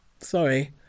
Sorry